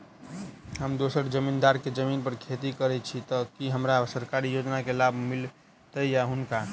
हम दोसर जमींदार केँ जमीन पर खेती करै छी तऽ की हमरा सरकारी योजना केँ लाभ मीलतय या हुनका?